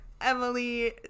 Emily